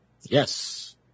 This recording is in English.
Yes